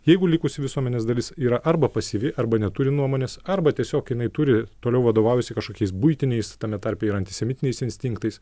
jeigu likusi visuomenės dalis yra arba pasyvi arba neturi nuomonės arba tiesiog jinai turi toliau vadovaujasi kažkokiais buitiniais tame tarpe ir antisemitiniais instinktais